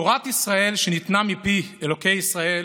תורת ישראל, שניתנה מפי אלוקי ישראל,